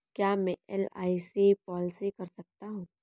क्या मैं LIC policy कर सकता हूं?